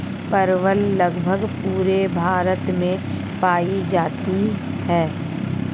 परवल लगभग पूरे भारत में पाई जाती है